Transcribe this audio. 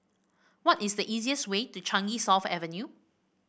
what is the easiest way to Changi South Avenue